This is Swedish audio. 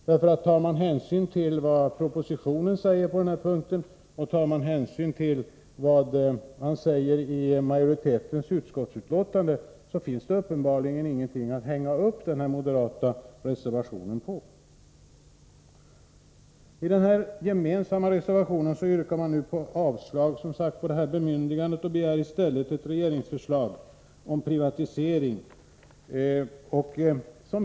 Om man tar hänsyn till vad propositionen säger på den här punkten och vad majoritetens utskottsutlåtande säger, finns det uppenbarligen ingenting att hänga upp den här moderata reservationen på. I den gemensamma reservationen yrkar man nu avslag på detta bemyndigande och begär i stället ett regeringsförslag om privatisering av NCB.